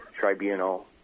tribunal